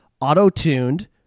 auto-tuned